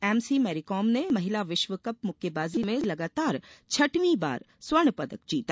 MC Mary Kom ने महिला विश्व कप मुक्केबाजी में रिकार्ड छठवीं बार स्वर्ण पदक जीता